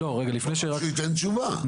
אני רוצה שייתן תשובה.